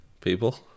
People